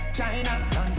China